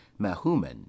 Mahuman